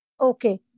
Okay